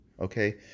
okay